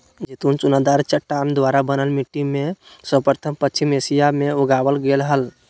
जैतून चुनादार चट्टान द्वारा बनल मिट्टी में सर्वप्रथम पश्चिम एशिया मे उगावल गेल हल